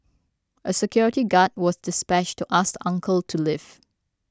a security guard was dispatched to ask uncle to leave